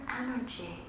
energy